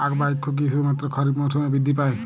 আখ বা ইক্ষু কি শুধুমাত্র খারিফ মরসুমেই বৃদ্ধি পায়?